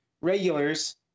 regulars